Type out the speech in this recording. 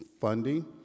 funding